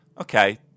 okay